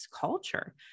culture